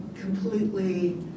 completely